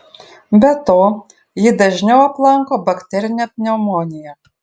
be to jį dažniau aplanko bakterinė pneumonija